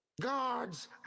Guards